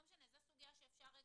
לא משנה, זו סוגיה שאפשר לפתוח,